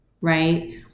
right